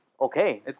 Okay